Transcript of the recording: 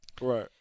right